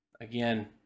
again